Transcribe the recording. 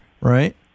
right